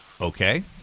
okay